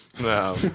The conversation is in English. No